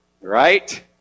right